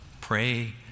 pray